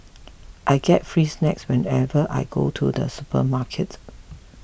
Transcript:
I get free snacks whenever I go to the supermarket